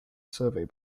survey